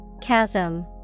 Chasm